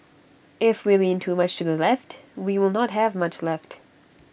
if we lean too much to the left we will not have much left